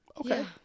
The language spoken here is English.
Okay